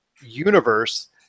universe